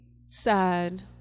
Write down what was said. sad